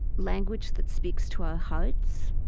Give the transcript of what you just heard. language that speaks to our hearts.